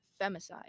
femicide